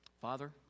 Father